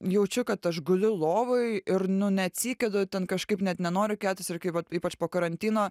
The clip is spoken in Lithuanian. jaučiu kad aš guliu lovoj ir nu neatsikeliu ten kažkaip net nenoriu keltis ir kaip vat ypač po karantino